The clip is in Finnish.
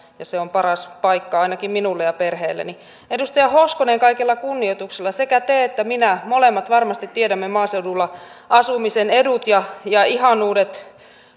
ja se on paras paikka ainakin minulle ja perheelleni edustaja hoskonen kaikella kunnioituksella sekä te että minä me molemmat varmasti tiedämme maaseudulla asumisen edut ja ja ihanuudet